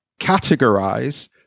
categorize